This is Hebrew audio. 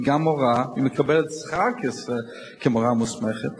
והיא מורה והיא מקבלת שכר כמורה מוסמכת,